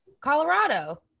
Colorado